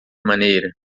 maneira